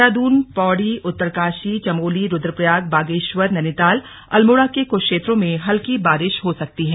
देहरादून पौड़ी उत्तरकाशी चमोली रुद्रप्रयाग बागेश्वर नैनीताल अल्मोड़ा के क्छ क्षेत्रों में हल्की बारिश हो सकती है